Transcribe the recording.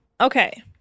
okay